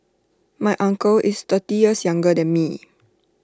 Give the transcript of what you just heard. my uncle is thirty years younger than me